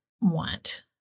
want